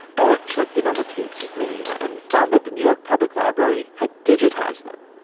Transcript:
eric checked in on the tapes he'd made and found that the new york public library had digitized them.